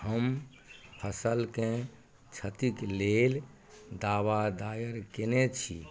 हम फसल केँ क्षतिक लेल दावा दायर कयने छी